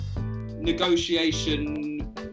negotiation